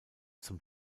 zum